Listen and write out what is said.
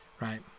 right